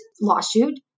lawsuit